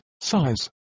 size